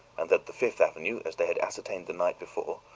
and that the fifth avenue, as they had ascertained the night before,